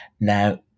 Now